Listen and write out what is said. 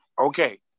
Okay